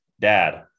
Dad